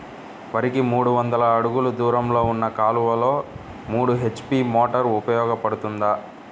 వరికి మూడు వందల అడుగులు దూరంలో ఉన్న కాలువలో మూడు హెచ్.పీ మోటార్ ఉపయోగపడుతుందా?